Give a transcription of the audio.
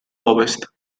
ovest